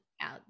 out